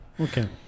okay